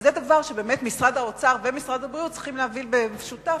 אבל זה דבר שבאמת משרד האוצר ומשרד הבריאות צריכים להוביל במשותף,